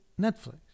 Netflix